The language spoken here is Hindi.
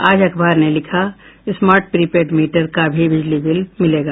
आज अखबार ने लिखा है स्मार्ट प्री पेड मीटर का भी बिजली बिल मिलेगा